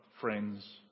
friends